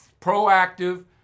proactive